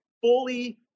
fully